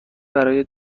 برای